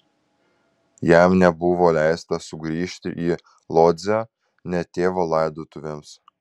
jam nebuvo leista sugrįžti į lodzę net tėvo laidotuvėms